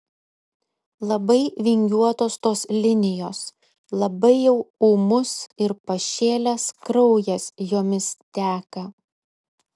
labai vingiuotos tos linijos labai jau ūmus ir pašėlęs kraujas jomis teka